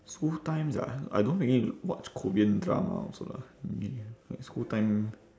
school times ah I don't really watch korean drama also lah maybe like school time